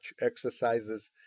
exercises